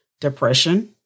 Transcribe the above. Depression